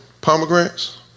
Pomegranates